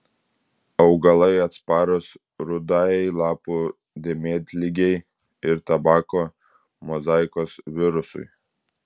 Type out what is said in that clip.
augalai atsparūs rudajai lapų dėmėtligei ir tabako mozaikos virusui